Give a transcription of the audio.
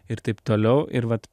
ir taip toliau ir vat